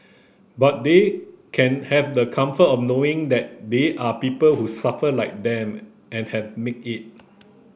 but they can have the comfort of knowing that there are people who suffered like them and have made it